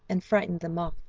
and frightened them off.